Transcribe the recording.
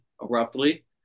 abruptly